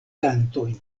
kantojn